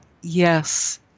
yes